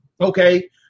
okay